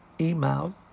email